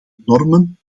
normen